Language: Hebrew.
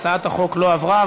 הצעת החוק לא עברה.